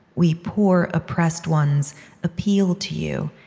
we poor oppressed ones appeal to you,